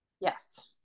Yes